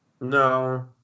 No